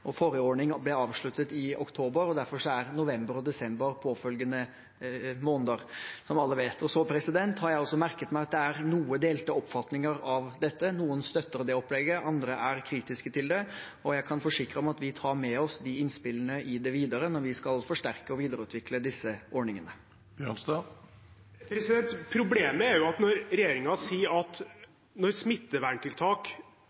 Forrige ordning ble avsluttet i oktober, og derfor er november og desember påfølgende måneder, som alle vet. Jeg har også merket meg at det er noe delte oppfatninger om dette. Noen støtter det opplegget, andre er kritiske til det, og jeg kan forsikre om at vi tar med oss de innspillene videre når vi skal forsterke og videreutvikle disse ordningene. Problemet er jo at regjeringen sier at når